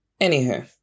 Anywho